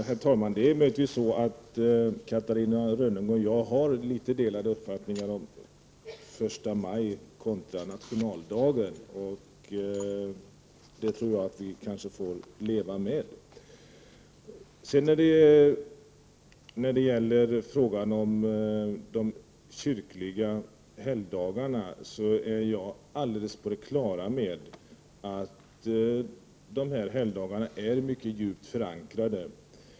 Herr talman! Det är möjligtvis så att Catarina Rönnung och jag har litet delade uppfattningar om första maj kontra nationaldagen. Det tror jag att vi får leva med. När det gäller frågan om de kyrkliga helgdagarna är jag alldeles på det klara med att dessa helgdagar är mycket djupt förankrade.